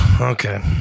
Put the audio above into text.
Okay